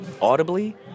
Audibly